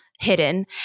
Hidden